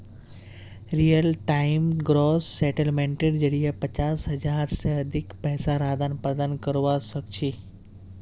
real time gross सेटलमेंटेर जरिये पचास हज़ार से अधिक पैसार आदान प्रदान करवा सक छी